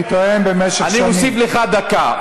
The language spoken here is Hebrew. אני טוען שבמשך שנים, אני מוסיף לך דקה.